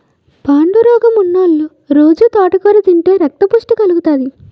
పాండురోగమున్నోలు రొజూ తోటకూర తింతే రక్తపుష్టి కలుగుతాది